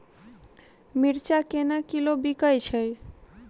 मिर्चा केना किलो बिकइ छैय?